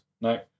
no